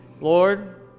Lord